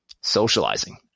socializing